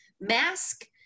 Mask